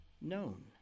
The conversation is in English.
known